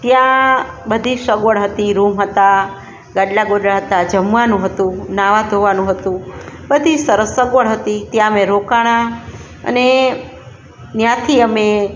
ત્યાં બધી સગવડ હતી રૂમ હતા ગાદલાં ગોદળાં હતાં જમવાનું હતુ નહાવા ધોવાનું હતું બધી સરસ સગવડ હતી ત્યાં અમે રોકાયાં અને ત્યાંથી અમે